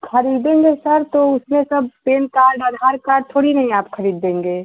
खरीदेंगे सर तो उसमें सब पेन कार्ड आधार कार्ड थोड़ी नहीं आप खरीद देंगे